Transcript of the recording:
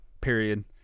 period